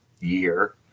year